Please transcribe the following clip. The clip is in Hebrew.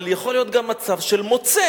אבל יכול להיות גם מצב של "מוצא",